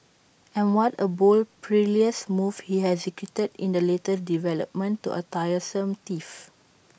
and what A bold perilous move he executed in the latest development to A tiresome tiff